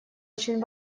очень